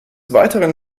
weiteren